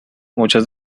muchas